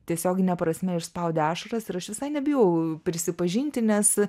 tiesiogine prasme išspaudė ašaras ir aš visai nebijau prisipažinti nes